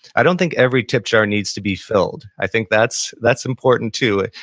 i don't think every tip jar needs to be filled. i think that's that's important too.